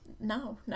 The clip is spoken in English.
no